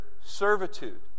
servitude